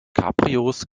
cabrios